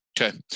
Okay